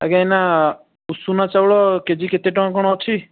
ଆଜ୍ଞା ଏଇନା ଉଷୁନା ଚାଉଳ କେ ଜି କେତେ ଟଙ୍କା କ'ଣ ଅଛି